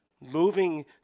moving